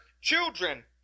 children